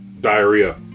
diarrhea